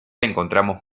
encontramos